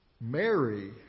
Mary